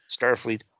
Starfleet